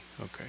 okay